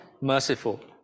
merciful